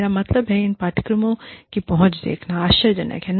मेरा मतलब हैइन पाठ्यक्रमों की पहुंच देखना आश्चर्यजनक है